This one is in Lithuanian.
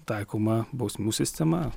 taikoma bausmių sistema